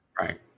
Right